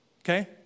Okay